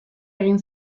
egin